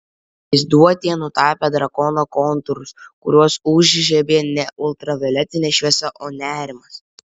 vaizduotė nutapė drakono kontūrus kuriuos užžiebė ne ultravioletinė šviesa o nerimas